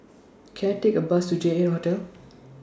Can I Take A Bus to J eight Hotel